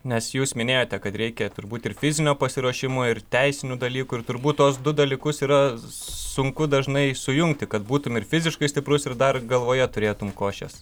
nes jūs minėjote kad reikia turbūt ir fizinio pasiruošimo ir teisinių dalykų ir turbūt tuos du dalykus yra sunku dažnai sujungti kad būtum ir fiziškai stiprus ir dar galvoje turėtum košės